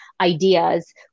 ideas